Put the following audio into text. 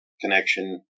connection